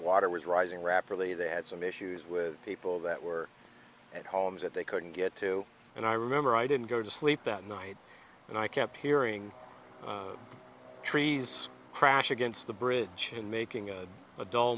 water was rising rapidly they had some issues with people that were at homes that they couldn't get to and i remember i didn't go to sleep that night and i kept hearing trees crash against the bridge making a dul